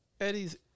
Eddie's